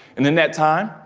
and in that time,